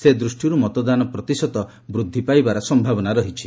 ସେ ଦୃଷ୍ଟିରୁ ମତଦାନ ପ୍ରତିଶତ ବୃଦ୍ଧି ପାଇବାର ସମ୍ଭାବନା ରହିଛି